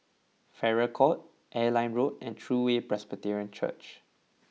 Farrer Court Airline Road and True Way Presbyterian Church